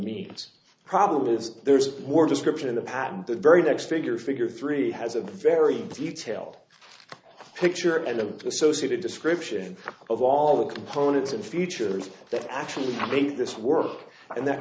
it's problem is there's more description in the past and the very next figure figure three has a very detail picture and the associated description of all the components and features that actually make this work and that